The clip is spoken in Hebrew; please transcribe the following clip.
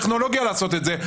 וטכנולוגיה לעשות את זה.